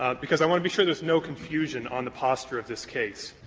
ah because i want to be sure there's no confusion on the posture of this case.